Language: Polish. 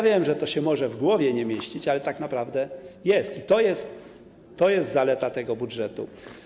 Wiem, że to się może w głowie nie mieścić, ale tak naprawdę jest i to jest zaleta tego budżetu.